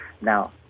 Now